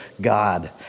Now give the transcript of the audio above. God